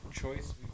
choice